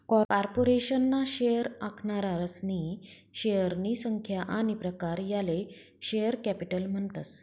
corporation ना share आखनारासनी शेअरनी संख्या आनी प्रकार याले शेअर कॅपिटल म्हणतस